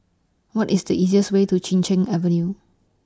What IS The easiest Way to Chin Cheng Avenue